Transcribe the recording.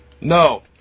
No